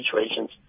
situations